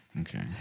Okay